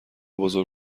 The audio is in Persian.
بزرگ